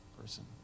person